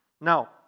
Now